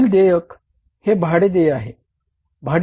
पुढील देयक हे भाडे देय आहे